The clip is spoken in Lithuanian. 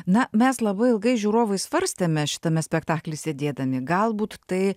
na mes labai ilgai žiūrovai svarstėme šitame spektakly sėdėdami galbūt tai